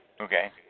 Okay